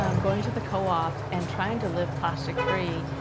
um going to the co-op, and trying to live plastic free,